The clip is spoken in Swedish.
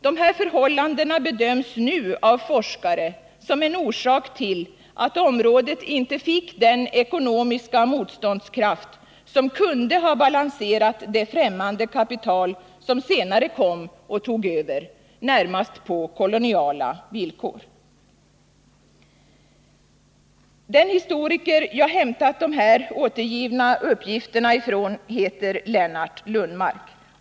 Dessa förhållanden bedöms nu av forskare som en orsak till att området inte fick den ekonomiska motståndskraft som kunde ha balanserat det ffträmmande kapital som senare kom och tog över, närmast på koloniala villkor. Den historiker jag hämtat de här återgivna uppgifterna ifrån heter Lennart Lundmark.